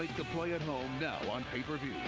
make the play at home now on pay-per-view.